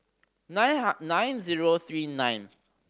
nine nine zero three nine